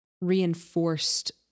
reinforced